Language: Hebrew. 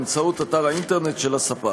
באמצעות אתר האינטרנט של הספק.